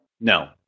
No